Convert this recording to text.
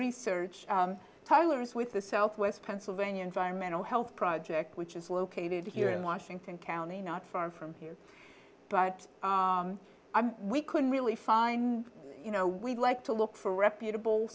research tyler's with the southwest pennsylvania environmental health project which is located here in washington county not far from here but i'm we couldn't really find you know we'd like to look for reputable